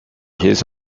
his